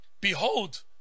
behold